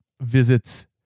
visits